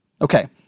Okay